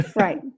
Right